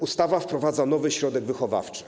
Ustawa wprowadza nowy środek wychowawczy.